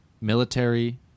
military